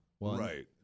Right